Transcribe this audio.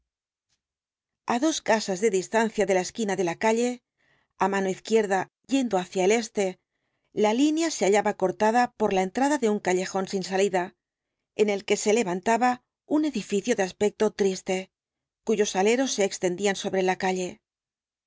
dos casas de distancia de la esquina de la calle á mano izquierda yendo hacia el este la línea se hallaba cortada por la entrada de un callejón sin salida en el que se levantaba un edificio de aspecto triste cuyos aleros se extendían sobre la calle